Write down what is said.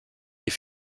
est